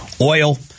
oil